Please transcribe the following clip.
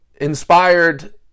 inspired